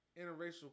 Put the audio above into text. interracial